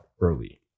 early